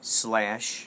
slash